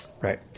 Right